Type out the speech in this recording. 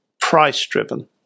price-driven